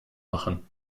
machen